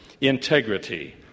integrity